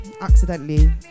accidentally